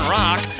rock